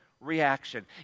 reaction